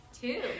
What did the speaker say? Two